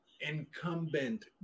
incumbent